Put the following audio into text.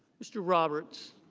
mr. roberts.